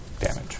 damage